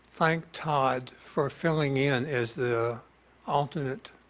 thank todd for filling in as the alternate